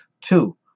Two